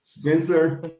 Spencer